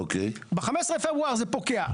ב-15 בפברואר זה פוקע.